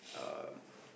um